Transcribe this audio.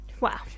wow